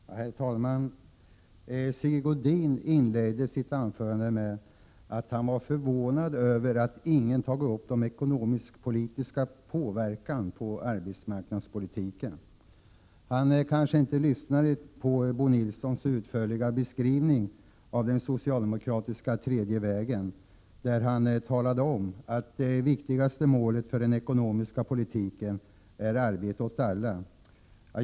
Herr talman! Sigge Godin inledde sitt anförande med att säga att han var förvånad över att ingen tagit upp frågan om ekonomisk-politisk påverkan på arbetsmarknadspolitiken. Han kanske inte lyssnade på Bo Nilssons utförliga beskrivning av den socialdemokratiska tredje vägen, där Bo Nilsson talade om att det viktigaste målet för den ekonomiska politiken är arbete åt alla.